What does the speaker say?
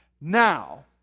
now